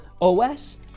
OS